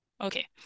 Okay